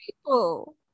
people